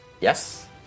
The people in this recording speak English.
Yes